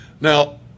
Now